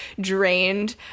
drained